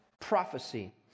prophecy